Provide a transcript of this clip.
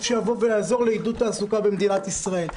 שיעזור לעידוד התעסוקה במדינת ישראל.